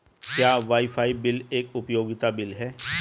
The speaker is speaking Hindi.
क्या वाईफाई बिल एक उपयोगिता बिल है?